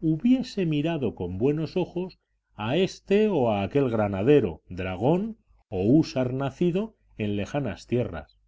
hubiese mirado con buenos ojos a éste o aquél granadero dragón o húsar nacido en lejanas tierras